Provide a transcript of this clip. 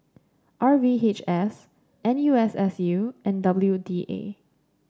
R V H S N U S S U and W D A